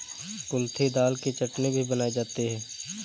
कुल्थी दाल की चटनी भी बनाई जाती है